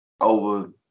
over